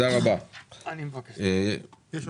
רוצה